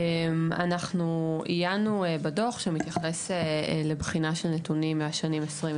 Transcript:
אנחנו עיינו בדוח שמתייחס לבחינה של נתונים מהשנים 2020,